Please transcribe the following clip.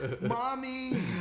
Mommy